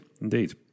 indeed